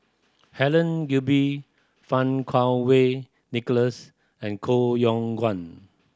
Helen Gilbey Fang Kuo Wei Nicholas and Koh Yong Guan